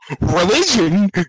Religion